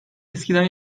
eskiden